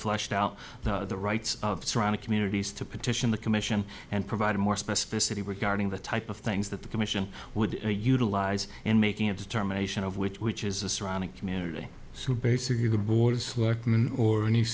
fleshed out the rights of surrounding communities to petition the commission and provide a more specificity regarding the type of things that the commission would utilize in making a determination of which which is the surrounding community so basically the board's workman or any